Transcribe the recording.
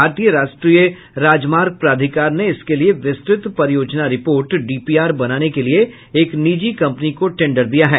भारतीय राष्ट्रीय राजमार्ग प्राधिकार ने इसके लिये विस्तृत परियोजना रिपोर्ट डीपीआर बनाने के लिये एक निजी कंपनी को टेंडर दिया है